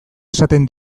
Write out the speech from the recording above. esaten